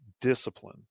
discipline